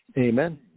Amen